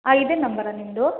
ಆ ಇದೇ ನಂಬರೋ ನಿಮ್ದು